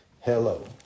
Hello